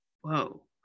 Whoa